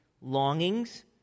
longings